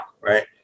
right